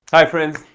hi friends,